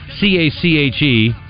C-A-C-H-E